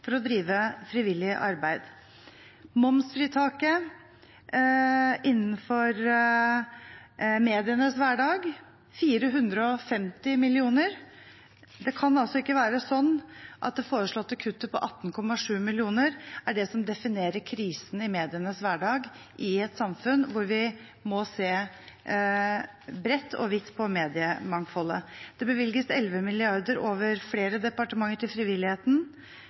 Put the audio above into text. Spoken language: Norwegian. for å drive frivillig arbeid. Momsfritaket for mediene utgjør 450 mill. kr. Det kan altså ikke være slik at det foreslåtte kuttet på 18,7 mill. kr er det som definerer krisen i medienes hverdag i et samfunn hvor vi må se bredt og vidt på mediemangfoldet. Det bevilges 11 mrd. kr over flere departementer til frivilligheten,